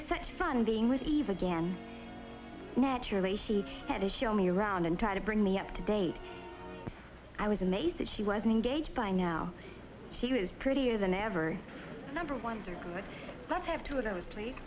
was such fun being with eve again naturally she had to show me around and try to bring me up to date i was amazed that she was engaged by now she was prettier than ever number ones are good but have two of those